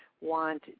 want